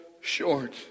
short